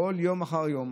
יום אחרי יום,